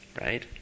right